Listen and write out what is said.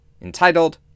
entitled